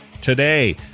today